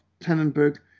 Tannenberg